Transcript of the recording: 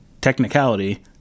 Technicality